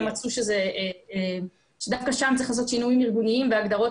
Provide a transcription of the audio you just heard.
ומצאו שדווקא שם צריך לעשות שינויים ארגוניים והגדרות